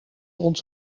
ons